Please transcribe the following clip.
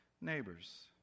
neighbors